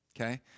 okay